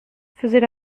faisait